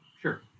Sure